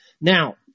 Now